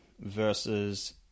versus